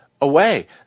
away